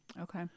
okay